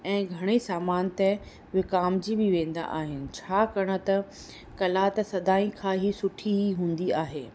ऐं घणई सामानु त विकामिजी बि वेंदा आहिनि छाकाणि त कला त सदाईं खां ई सुठी ई हूंदी आहे